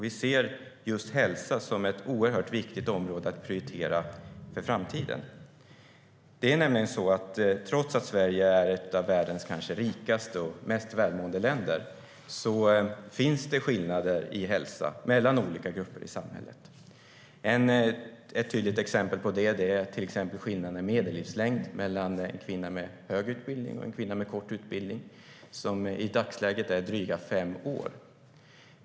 Vi ser just hälsa som ett oerhört viktigt område att prioritera för framtiden. Trots att Sverige är ett av världens kanske rikaste och mest välmående länder finns det nämligen skillnader i hälsa mellan olika grupper i samhället. Ett tydligt exempel på det är skillnaden i medellivslängd mellan en kvinna med hög utbildning och en kvinna med kort utbildning. Denna skillnad är i dagsläget drygt fem år.